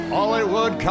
Hollywood